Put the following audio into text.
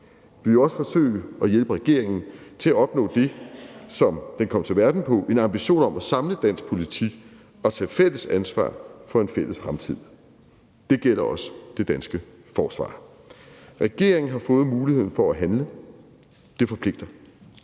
Vi vil også forsøge at hjælpe regeringen til at opnå det, som den kom til verden på – en ambition om at samle dansk politik og tage fælles ansvar for en fælles fremtid. Det gælder også det danske forsvar. Regeringen har fået muligheden for at handle – det forpligter.